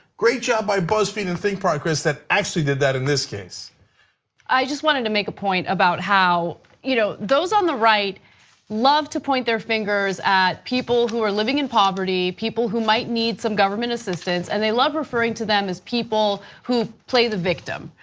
great job by buzzfeed and think progress that actually did that in this case i just wanted to make a point about how you know those on the right love to point their fingers at people living in poverty, people who might need some government assistance, and they love referring to them as people who play the victim,